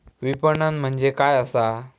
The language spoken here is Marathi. विपणन म्हणजे काय असा?